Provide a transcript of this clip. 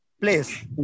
place